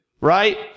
right